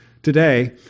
today